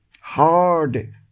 hard